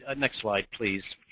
ah next slide please.